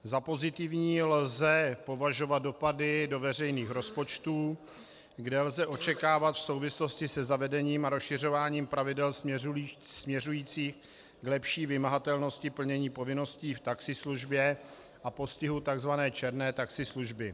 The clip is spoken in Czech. Za pozitivní lze považovat dopady do veřejných rozpočtů, kde lze očekávat v souvislosti se zavedením a rozšiřováním pravidel směřujících k lepší vymahatelnosti plnění povinností v taxislužbě a postihu tzv. černé taxislužby.